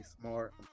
smart